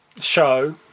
show